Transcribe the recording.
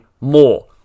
more